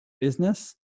business